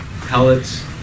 pellets